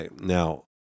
Now